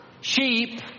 Sheep